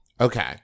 Okay